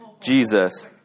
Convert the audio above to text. Jesus